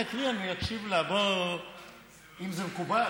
היא תקרא, אני אקשיב לה, אם זה מקובל,